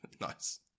Nice